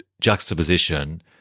juxtaposition